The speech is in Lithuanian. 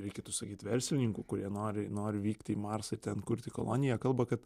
reikėtų sakyt verslininkų kurie nori nori vykti į marsą ten kurti koloniją kalba kad